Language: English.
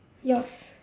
yours